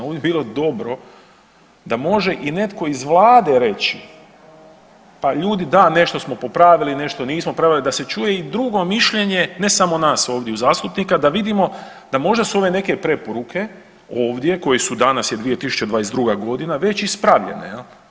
Ovdje bi bilo dobro da može i netko iz Vlade reć, pa ljudi nešto smo popravili, nešto nismo da se čuje i drugo mišljenje ne samo nas ovdje zastupnika da vidimo da možda su ove neke preporuke ovdje koje su danas je 2022.g. već ispravljene.